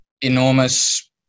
enormous